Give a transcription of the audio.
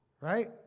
right